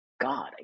God